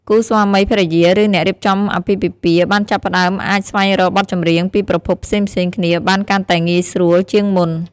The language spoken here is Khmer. គូស្វាមីភរិយា ឬអ្នករៀបចំពិធីអាពាហ៍ពិពាហ៍បានចាប់ផ្ដើមអាចស្វែងរកបទចម្រៀងពីប្រភពផ្សេងៗគ្នាបានកាន់តែងាយស្រួលជាងមុន។